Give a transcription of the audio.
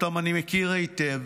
שאותם אני מכיר היטב,